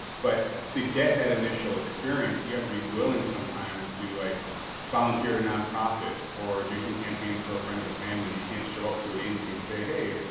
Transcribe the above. but to get that initial experience you you have to be willing sometimes to like volunteer at nonprofit or do some campaigns for a friend of the family. you can't show up to an agency and say hey,